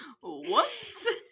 whoops